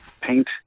paint